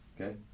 okay